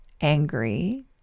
angry